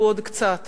ולו עוד קצת,